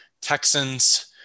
Texans